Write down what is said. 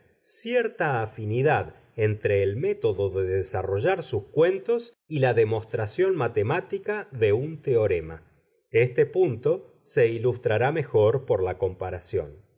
cierta afinidad entre el método de desarrollar sus cuentos y la demostración matemática de un teorema este punto se ilustrará mejor por la comparación